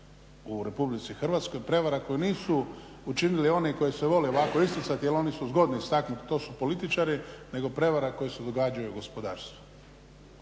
u Republici Hrvatskoj, prevara koje nisu učinili oni koji se vole ovako isticati, jer oni su zgodni istaknuti to su političari nego prevara koje se događaju u gospodarstvu.